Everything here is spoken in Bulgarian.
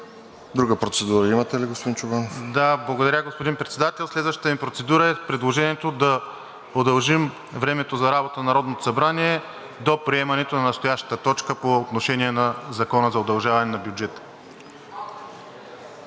Друга процедура имате ли, господин Чобанов. ДОКЛАДЧИК ПЕТЪР ЧОБАНОВ: Благодаря, господин Председател. Следващата ми процедура е предложението да удължим времето за работа на Народното събрание до приемането на настоящата точка по отношение на Закона за удължаване на бюджета.